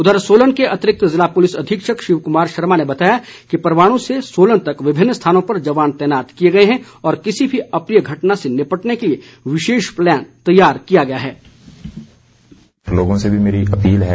उधर सोलन के अतिरिक्त ज़िला पुलिस अधीक्षक शिव कुमार शर्मा ने बताया कि परवाणू से सोलन तक विभिन्न स्थानों पर जवान तैनात किए हैं और किसी भी अप्रिय घटना से निपटने के लिए विशेष प्लान तैयार किया गया है